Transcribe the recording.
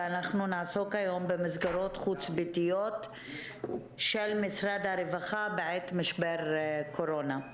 ונעסוק היום במסגרות חוץ ביתיות של משרד הרווחה בעת משבר קורונה.